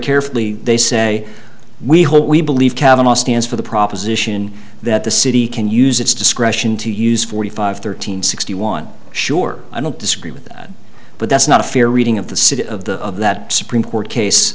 carefully they say we hope we believe kavanagh stands for the proposition that the city can use its discretion to use forty five thirteen sixty one sure i don't disagree with that but that's not a fair reading of the city of the of that supreme court case